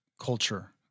culture